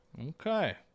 Okay